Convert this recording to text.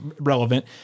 relevant